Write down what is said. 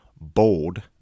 Bold